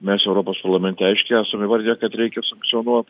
mes europos parlamente aiškiai esam įvardiję kad reikia sankcionuot